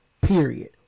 period